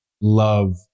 love